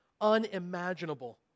Unimaginable